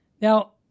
Now